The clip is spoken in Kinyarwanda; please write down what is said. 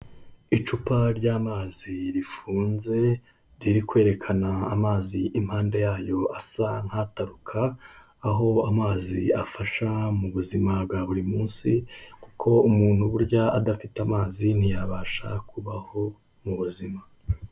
Icupa ry'amazi rifunze, riri kwerekana amazi impande yayo asa nk'ataruka, aho amazi afasha mu buzima bwa buri munsi, kuko umuntu burya adafite amazi ntiyabasha kubaho mu buzima.